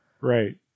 Right